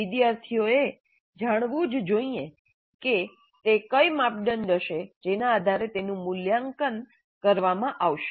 વિદ્યાર્થીઓએ જાણવું જ જોઇએ કે તે કઇ માપદંડ હશે જેના આધારે તેનું મૂલ્યાંકન કરવામાં આવશે